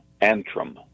Antrim